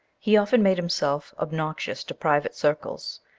he often made himself obnoxious to private circles,